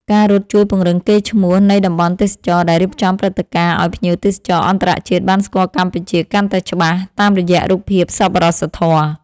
ការរត់ជួយពង្រឹងកេរ្តិ៍ឈ្មោះនៃតំបន់ទេសចរណ៍ដែលរៀបចំព្រឹត្តិការណ៍ឱ្យភ្ញៀវទេសចរអន្តរជាតិបានស្គាល់កម្ពុជាកាន់តែច្បាស់តាមរយៈរូបភាពសប្បុរសធម៌។